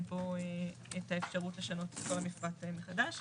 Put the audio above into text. פה את האפשרות לשנות את כל המפרט מחדש.